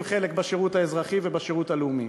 חלק בשירות האזרחי ובשירות הלאומי.